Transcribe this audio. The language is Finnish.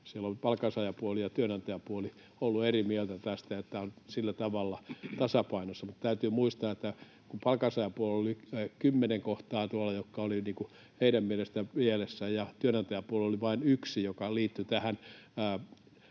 palkansaajapuoli ja työnantajapuoli olleet eri mieltä tästä, että tämä on sillä tavalla tasapainossa, mutta täytyy muistaa, että kun palkansaajapuolella oli kymmenen kohtaa tuolla, jotka olivat heidän mielestään pielessä, niin työnantajapuolella oli vain yksi, joka liittyi tähän,